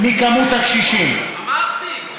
במספר הקשישים, אמרתי.